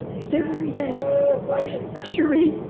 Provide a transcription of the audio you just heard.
then we had sheree.